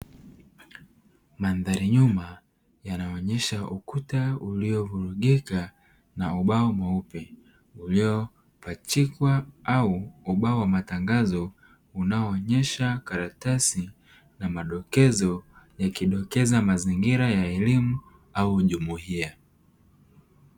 Mandhari nyuma yanaonesha ukuta uliyovurugika na ubao mweupe uliopachikwa au ubao matangazo, unaoonyesha karatasi na madokezo yakidokeza mazingira ya elimu au jumuiya.